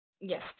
yes